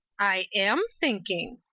i am thinking.